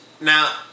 Now